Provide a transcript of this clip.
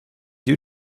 you